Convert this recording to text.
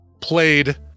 played